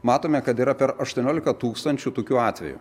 matome kad yra per aštuoniolika tūkstančių tokių atvejų